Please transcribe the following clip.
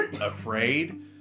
afraid